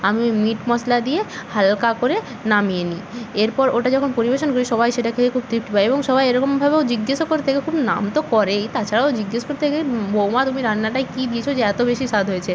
আমি ওই মিট মশলা দিয়ে হালকা করে নামিয়ে নিই এরপর ওটা যখন পরিবেশন করি সবাই সেটা খেয়ে খুব তৃপ্তি পায় এবং সবাই এরকমভাবেও জিজ্ঞাসাও করে থাকে খুব নাম তো করেই তাছাড়াও জিজ্ঞাসা করতে থাকে বৌমা তুমি রান্নাটায় কী দিয়েছ যে এত বেশি স্বাদ হয়েছে